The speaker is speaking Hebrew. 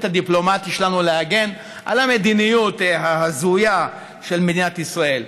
הדיפלומטי שלנו להגן על המדיניות ההזויה של מדינת ישראל.